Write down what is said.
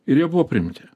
ir jie buvo priimti